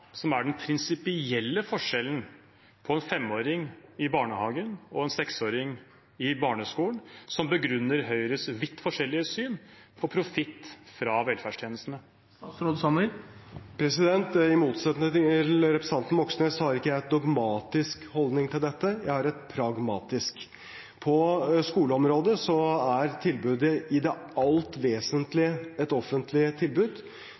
som er den prinsipielle forskjellen på en femåring i barnehagen og en seksåring i barneskolen, og som begrunner Høyres vidt forskjellige syn på profitt fra velferdstjenestene. I motsetning til representanten Moxnes har ikke jeg en dogmatisk holdning til dette, jeg har en pragmatisk. På skoleområdet er tilbudet i det alt vesentlige et offentlig tilbud.